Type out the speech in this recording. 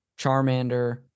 charmander